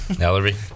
Ellery